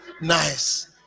nice